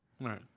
Right